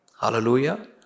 Hallelujah